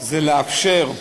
היא לאפשר,